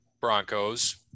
Broncos